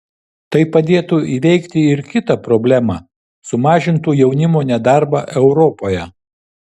tai padėtų įveikti ir kitą problemą sumažintų jaunimo nedarbą europoje